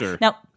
Now